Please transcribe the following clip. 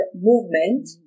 movement